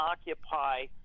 occupy